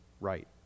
right